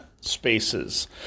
spaces